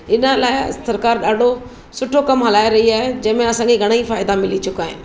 इन लाइ सरकारि ॾाढो सुठो कमु हलाए रही आहे जंहिंमें असां खे घणा ई फ़ाइदा मिली चुका आहिनि